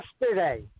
yesterday